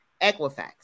Equifax